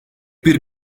bir